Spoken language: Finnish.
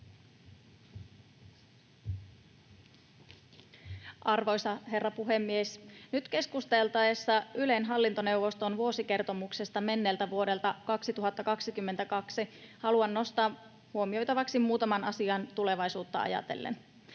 Arvoisa herra puhemies! Nyt keskusteltaessa Ylen hallintoneuvoston vuosikertomuksesta menneeltä vuodelta 2022 haluan nostaa huomioitavaksi muutaman asian tulevaisuutta ajatellen.